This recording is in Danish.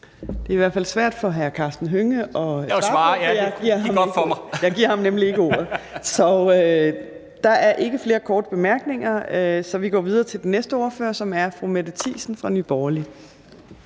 Det er i hvert fald svært for hr. Karsten Hønge at svare; jeg giver ham nemlig ikke ordet. Der er ikke flere korte bemærkninger, så vi går videre til den næste ordfører, som er fru Mette Thiesen fra Nye Borgerlige.